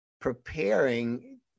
preparing